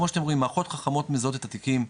כמו שאתם רואים מערכות חכמות מזהות את התיקים,